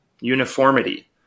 uniformity